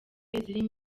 zirimo